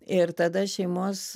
ir tada šeimos